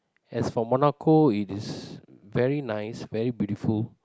as for Morocco it is very nice very beautiful